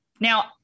Now